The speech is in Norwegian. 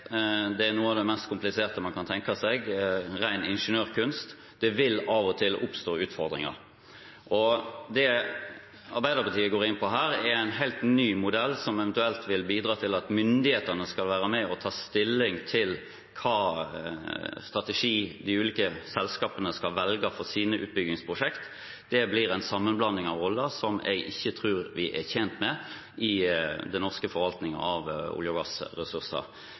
man kan tenke seg – ren ingeniørkunst! Det vil av og til oppstå utfordringer. Arbeiderpartiet går her inn på en helt ny modell som eventuelt vil bidra til at myndighetene skal være med og ta stilling til hvilken strategi de ulike selskapene skal velge for sine utbyggingsprosjekt. Det blir en sammenblanding av roller som jeg tror vi ikke er tjent med i den norske forvaltningen av olje- og gassressurser.